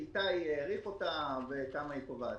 ואיתי העריך אותה וכמה היא קובעת.